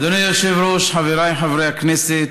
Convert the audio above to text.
אדוני היושב-ראש, חבריי חברי הכנסת,